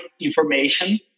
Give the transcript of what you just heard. information